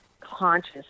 conscious